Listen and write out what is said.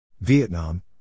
Vietnam